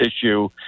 issue